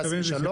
חס ושלום,